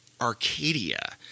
Arcadia